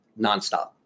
nonstop